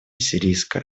сирийской